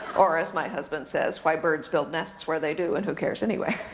or as my husband says, why birds build nests where they do, and who cares anyway?